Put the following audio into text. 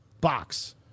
box